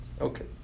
Okay